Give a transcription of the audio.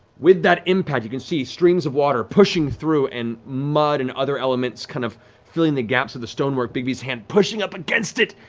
with that impact, you can see streams of water pushing through and mud and other elements kind of filling the gaps of the stonework, bigby's hand pushing up against it.